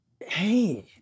Hey